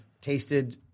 tasted